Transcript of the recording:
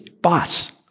boss